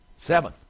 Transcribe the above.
Seven